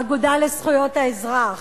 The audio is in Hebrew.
האגודה לזכויות האזרח,